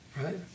Right